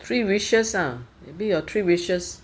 three wishes ah maybe your three wishes